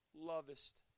lovest